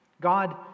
God